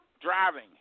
driving